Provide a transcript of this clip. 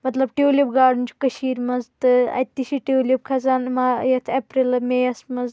مطلب tulip garden چھُ کٔشیٖرِ منٛز تہٕ اَتہِ تہِ چھِ ٹیوٗلِپ کھسان ما یَتھ ایٚپریل میٚیَس منٛز